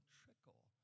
trickle